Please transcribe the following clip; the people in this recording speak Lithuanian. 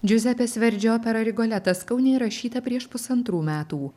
džiuzepės verdžio opera rigoletas kaune įrašyta prieš pusantrų metų